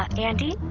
andi,